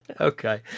okay